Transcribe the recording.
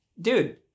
Dude